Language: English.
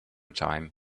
time